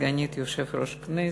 סגנית יושב-ראש הכנסת,